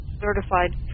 certified